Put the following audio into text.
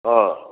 ହଁ